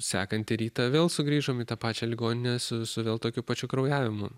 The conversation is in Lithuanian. sekantį rytą vėl sugrįžom į tą pačią ligoninę su su vėl tokiu pačiu kraujavimu